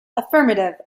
affirmative